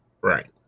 Right